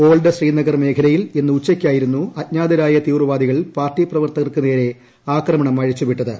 ഓഗ ശ്രീനഗർ മേഖലയിൽ ഇന്ന് ഉച്ചയ്ക്കായിരുന്നു അജ്ഞാതരായ തീവ്രവാദികൾ പാർട്ടി പ്രവർത്തകർക്കു നേരെ ആക്രമണം അഴിച്ചുവിട്ടത്